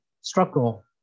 struggle